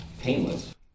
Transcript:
painless